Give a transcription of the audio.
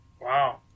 Wow